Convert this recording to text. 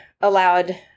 allowed